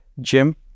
Jim